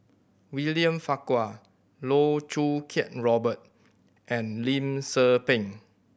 William Farquhar Loh Choo Kiat Robert and Lim Tze Peng